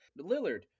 Lillard